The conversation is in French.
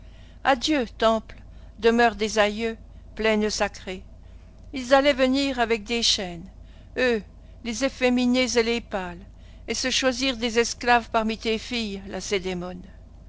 adieu temples demeures des aïeux plaines sacrées ils allaient venir avec des chaînes eux les efféminés et les pâles et se choisir des esclaves parmi tes filles lacédémone